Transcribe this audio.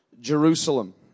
Jerusalem